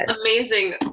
amazing